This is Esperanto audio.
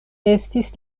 estis